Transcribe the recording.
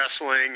wrestling